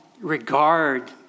regard